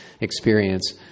experience